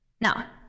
Now